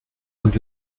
und